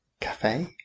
cafe